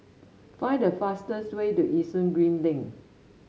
find the fastest way to Yishun Green Link